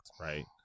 right